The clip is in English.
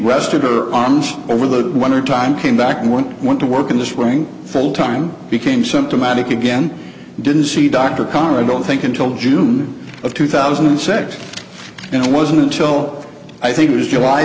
rested her arms over the winter time came back in one went to work in the spring full time became symptomatic again didn't see dr khan i don't think until june of two thousand and six and it wasn't until i think it was july